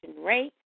rate